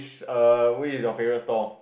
err which is your favorite stall